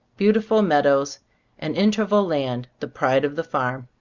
beautiful meadows and inter val land, the pride of the farm.